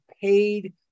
paid